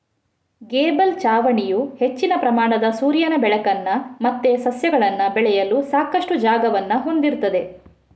gable ಛಾವಣಿಯು ಹೆಚ್ಚಿನ ಪ್ರಮಾಣದ ಸೂರ್ಯನ ಬೆಳಕನ್ನ ಮತ್ತೆ ಸಸ್ಯಗಳನ್ನ ಬೆಳೆಯಲು ಸಾಕಷ್ಟು ಜಾಗವನ್ನ ಹೊಂದಿರ್ತದೆ